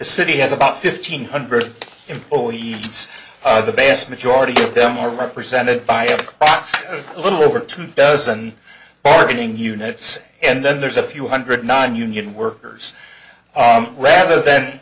city has about fifteen hundred employees it's the best majority of them are represented by a little over two dozen bargaining units and then there's a few hundred nine union workers rather th